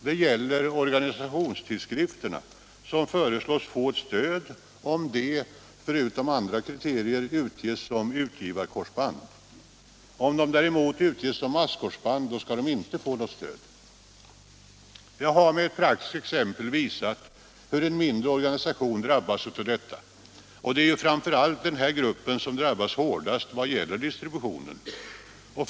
Det gäller organisationstidskrifterna, som föreslås få stöd om de — förutom att de uppfyller vissa andra kriterier — utges som utgivarkorsband. Om de däremot utges som masskorsband skall de inte få något stöd. Jag har med ett praktiskt exempel visat hur en mindre organisation drabbas av detta — det är framför allt sådana organisationer som drabbas hårdast vad gäller distributionen.